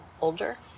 older